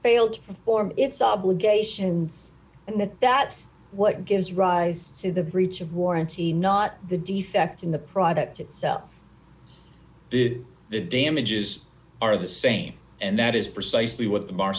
failed to form its obligations and that that's what gives rise to the breach of warranty not the defect in the product itself the damages are the same and that is precisely what the bar